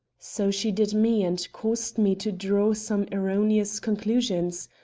so she did me, and caused me to draw some erroneous conclusions.